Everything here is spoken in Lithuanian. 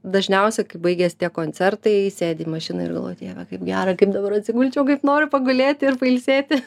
dažniausiai kai baigias tie koncertai sėdi į mašiną ir galvoji dieve kaip gera kaip dabar atsigulčiau kaip noriu pagulėti ir pailsėti